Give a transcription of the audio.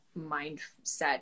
mindset